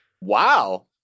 Wow